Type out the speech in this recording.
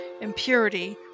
impurity